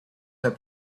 had